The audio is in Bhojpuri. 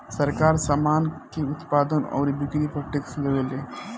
सरकार, सामान के उत्पादन अउरी बिक्री पर टैक्स लेवेले